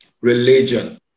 religion